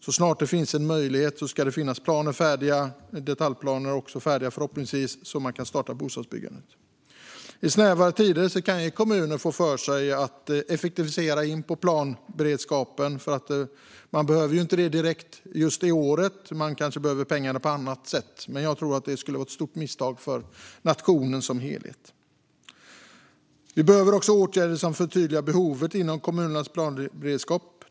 Så snart det finns en möjlighet ska det finnas planer färdiga, förhoppningsvis också detaljplaner, så att man kan starta bostadsbyggandet. I snävare tider kan kommuner få för sig att effektivisera när det gäller planberedskapen. Man behöver ju inte detta direkt, just det året, och man behöver kanske pengarna till annat. Men jag tror att det skulle vara ett stort misstag för nationen som helhet. Vi behöver också åtgärder som förtydligar behoven inom kommunernas planberedskap.